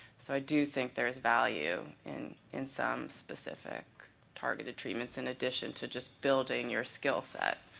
so i do think there's value in in some specific targeted treatments in addition to just building your skill set.